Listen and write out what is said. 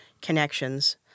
connections